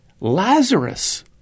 Lazarus